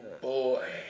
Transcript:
boy